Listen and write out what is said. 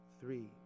three